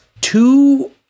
two